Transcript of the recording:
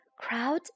crowd